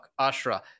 Ashra